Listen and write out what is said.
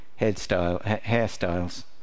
hairstyles